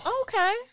Okay